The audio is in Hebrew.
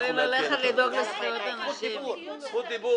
אין הצעת חוק למניעת הסתננות (עבירות ושיפוט)